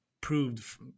proved